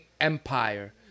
empire